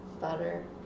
Butter